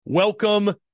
Welcome